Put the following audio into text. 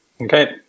Okay